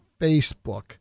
Facebook